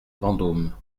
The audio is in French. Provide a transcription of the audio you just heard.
vendôme